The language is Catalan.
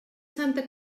santa